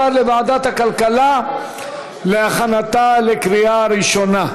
לוועדת הכלכלה להכנתה לקריאה ראשונה.